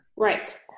Right